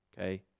Okay